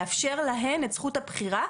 לאפשר להן את זכות הבחירה,